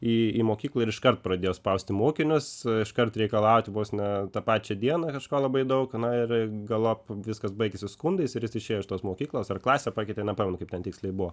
į į mokyklą ir iškart pradėjo spausti mokinius iškart reikalauti vos ne tą pačią dieną kažko labai daug na ir galop viskas baigėsi skundais ir jis išėjo iš tos mokyklos ir klasę pakeitė nepamenu kaip ten tiksliai buvo